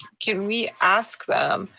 can we ask them,